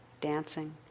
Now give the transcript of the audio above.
dancing